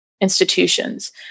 institutions